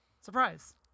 surprise